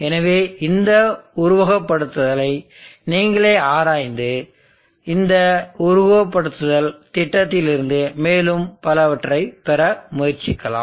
எனவே இந்த உருவகப்படுத்துதலை நீங்களே ஆராய்ந்து இந்த உருவகப்படுத்துதல் திட்டத்திலிருந்து மேலும் பலவற்றைப் பெற முயற்சிக்கலாம்